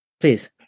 please